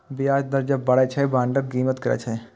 ब्याज दर जब बढ़ै छै, बांडक कीमत गिरै छै